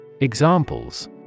Examples